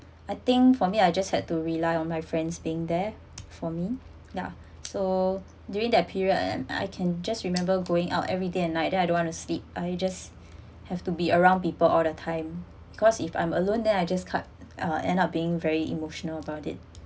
I think for me I just had to rely on my friends being there for me now so during that period and I can just remember going out every day and night then I don't want to sleep I just have to be around people all the time cause if I'm alone then I just cut uh end up being very emotional about it